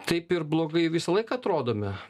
taip ir blogai visą laiką atrodome